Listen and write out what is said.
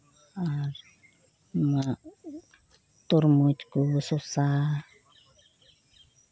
ᱟᱨ ᱛᱚᱨᱢᱩᱡ ᱠᱚ ᱥᱚᱥᱟ